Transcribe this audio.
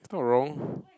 it's not wrong